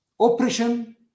oppression